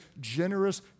generous